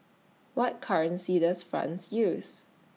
What currency Does France use